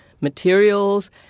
materials